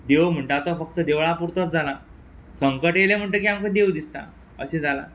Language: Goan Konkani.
देव म्हणटा तो फक्त देवळा पुर्तोच जाला संकट येयलें म्हण्टकी आमकां देव दिसता अशें जालां